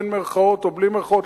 במירכאות או בלי מירכאות,